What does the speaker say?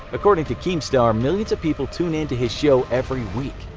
according to keemstar, millions of people tune in to his show every week.